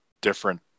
different